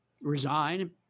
resign